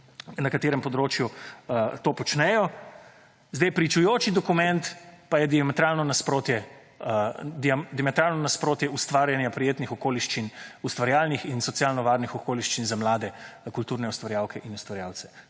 na katerem področju to počnejo. Zdaj, pričujoči dokument pa je diametralno nasprotje ustvarjanja prijetnih okoliščin, ustvarjalnih in socialno varnih okoliščin za mlade kulturne ustvarjalke in ustvarjalce.